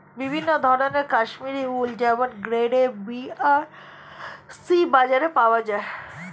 বিভিন্ন ধরনের কাশ্মীরি উল যেমন গ্রেড এ, বি আর সি বাজারে পাওয়া যায়